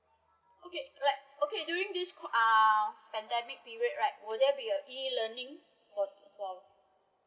okay like okay during this uh pandemic period right will they be a E learning for for